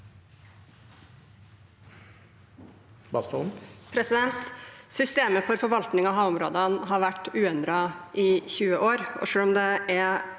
Systemet for for- valtning av havområdene har vært uendret i 20 år,